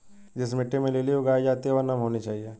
जिस मिट्टी में लिली उगाई जाती है वह नम होनी चाहिए